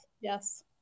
Yes